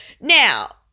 Now